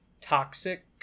toxic